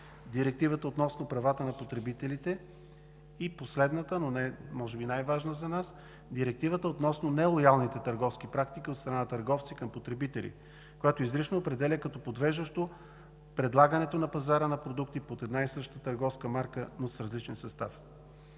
Директивата относно правата на потребителите и последната, но може би най-важна за нас – Директивата относно нелоялните търговски практики от страна на търговци към потребители, която изрично определя като подвеждащо предлагането на пазара на продукти под една и съща търговска марка, но с различен състав.